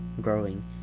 growing